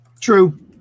True